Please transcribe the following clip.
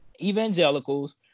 evangelicals